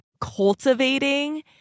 cultivating